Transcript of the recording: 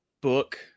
book